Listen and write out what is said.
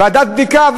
ועדת בדיקה?